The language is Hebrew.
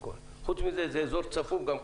חוץ מזה, גם כך זה אזור צפוף.